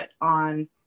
on